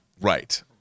Right